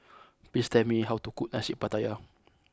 please tell me how to cook Nasi Pattaya